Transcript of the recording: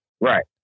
Right